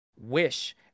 wish